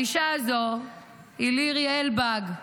האישה הזו היא לירי אלבג,